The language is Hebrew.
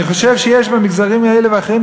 אני חושב שיש במגזרים אלה ואחרים,